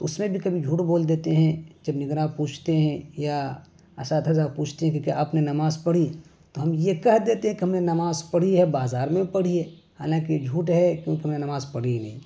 تو اس میں بھی کبھی جھوٹ بول دیتے ہیں جب نگراہ پوچھتے ہیں یا اساتذہ پوچھتے ہیں کہکہ آپ نے نماز پڑھی تو ہم یہ کہہ دیتے ہیں کہ ہم نے نماز پڑھی ہے بازار میں پڑھی ہے حالانکہ جھوٹ ہے کیونکہ ہم نے نماز پڑھی نہیں